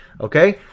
Okay